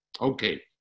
Okay